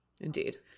Indeed